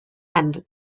and